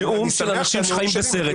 אני שמח שאתם חיים בסרט.